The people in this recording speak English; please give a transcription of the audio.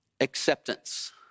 acceptance